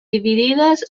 dividides